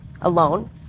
alone